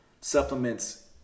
supplements